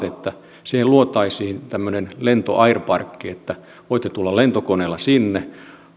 että siihen luotaisiin tämmöinen airpark että voitte tulla lentokoneella sinne